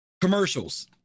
Commercials